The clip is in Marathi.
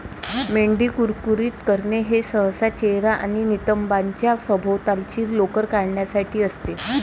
मेंढी कुरकुरीत करणे हे सहसा चेहरा आणि नितंबांच्या सभोवतालची लोकर काढण्यासाठी असते